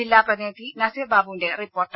ജില്ലാ പ്രതിനിധി നസീർ ബാബുവിന്റെ റിപ്പോർട്ട്